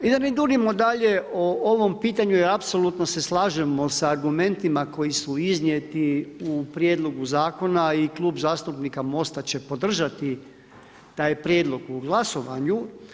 Da ne duljimo dalje, o ovom pitanju apsolutno se slažem sa argumentima koji su iznijeti u prijedlogu zakona, a i Klub zastupnika MOST-a će podržati taj prijedlog u glasovanju.